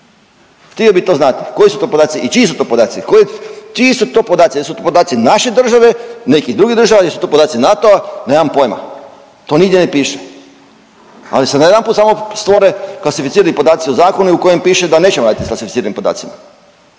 htio bi to znati? I čiji su to podaci, čiji su to podaci jesu to podaci naše države, nekih drugih država ili su podaci NATO-a, nemam pojma, to nigdje ne piše, ali se najedanput samo stvore klasificirani podaci u zakonu u kojem piše da nećemo raditi s klasificiranim podacima